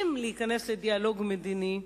אם להיכנס לדיאלוג מדיני,